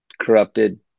corrupted